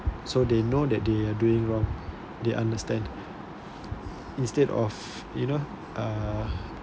so they know that they are doing wrong they understand instead of you know uh